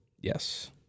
Yes